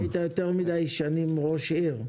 היית יותר מדי שנים ראש עיר.